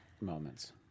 moments